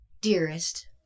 dearest